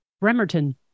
Bremerton